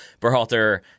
Berhalter